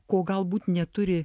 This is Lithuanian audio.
ko galbūt neturi